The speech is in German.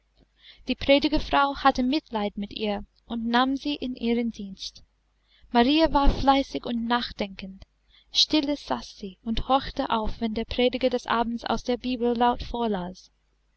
die predigerfrau hatte mitleid mit ihr und nahm sie in ihren dienst marie war fleißig und nachdenkend stille saß sie und horchte auf wenn der prediger des abends aus der bibel laut vorlas